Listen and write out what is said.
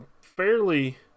fairly